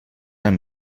amb